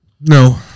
No